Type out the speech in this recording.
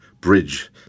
bridge